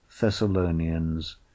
Thessalonians